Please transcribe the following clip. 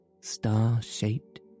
star-shaped